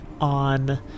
on